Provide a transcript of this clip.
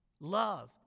love